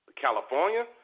California